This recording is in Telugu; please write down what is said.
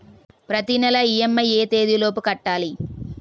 ప్రతినెల ఇ.ఎం.ఐ ఎ తేదీ లోపు కట్టాలి?